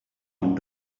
want